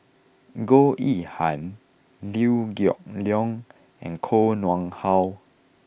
Goh Yihan Liew Geok Leong and Koh Nguang How